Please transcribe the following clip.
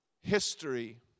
history